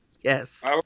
Yes